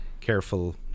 careful